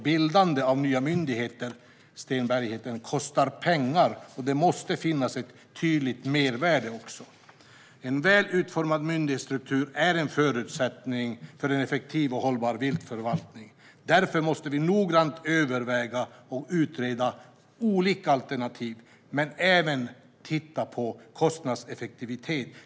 Bildande av nya myndigheter kostar pengar, Sten Bergheden, och det måste finnas ett tydligt mervärde. En väl utformad myndighetsstruktur är en förutsättning för en effektiv och hållbar viltförvaltning. Därför måste vi noggrant överväga och utreda olika alternativ men även titta på kostnadseffektivitet.